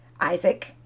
Isaac